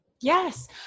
Yes